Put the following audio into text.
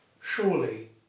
Surely